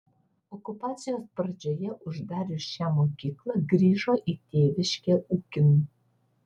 okupacijos pradžioje uždarius šią mokyklą grįžo į tėviškę ūkin